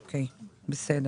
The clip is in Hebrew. אושרה.